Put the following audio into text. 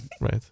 Right